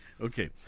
Okay